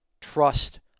trust